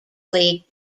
league